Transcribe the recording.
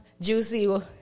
Juicy